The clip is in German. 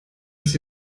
ist